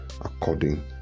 according